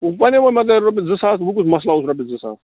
ہُپٲرۍ وۅنۍ منگے رۄپیہِ زٕ ساس وۅں کُس مسلہٕ اوس رۄپیس زٕ ساس